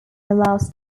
allows